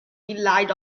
relied